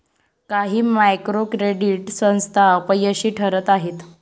काही micro credit संस्था अपयशी ठरत आहेत